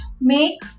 make